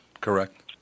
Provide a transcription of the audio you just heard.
correct